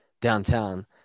downtown